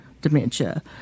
dementia